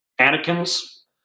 anakin's